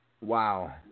Wow